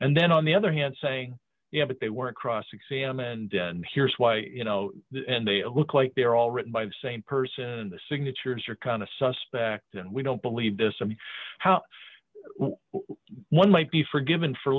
and then on the other hand saying yeah but they weren't cross examined and here's why you know that and they look like they're all written by the same person the signatures are kind of suspect and we don't believe this and how one might be forgiven for